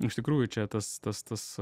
iš tikrųjų čia tas tas tas